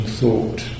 thought